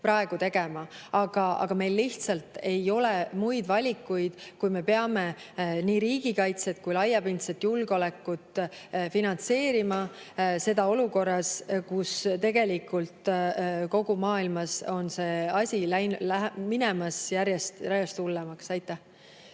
praegu tegema. Aga meil lihtsalt ei ole muid valikuid, kui me peame nii riigikaitset kui ka laiapindset julgeolekut finantseerima. Seda olukorras, kus tegelikult kogu maailmas on asi minemas järjest hullemaks. Aitäh!